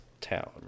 town